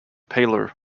paler